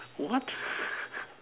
what